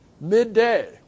midday